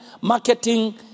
marketing